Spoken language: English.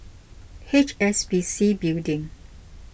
H S B C Building